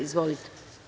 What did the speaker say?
Izvolite.